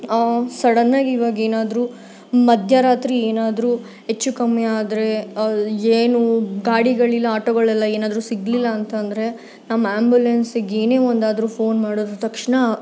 ಸಡನ್ನಾಗಿ ಇವಾಗ ಏನಾದ್ರೂ ಮಧ್ಯರಾತ್ರಿ ಏನಾದರೂ ಹೆಚ್ಚು ಕಮ್ಮಿ ಆದರೆ ಏನು ಗಾಡಿಗಳಿಲ್ಲ ಆಟೋಗಳೆಲ್ಲ ಏನಾದ್ರೂ ಸಿಗಲಿಲ್ಲ ಅಂತ ಅಂದರೆ ನಮ್ಮ ಆ್ಯಂಬುಲೆನ್ಸಿಗೆ ಏನೇ ಒಂದಾದ್ರೂ ಫೋನ್ ಮಾಡುದ್ರೆ ತಕ್ಷಣ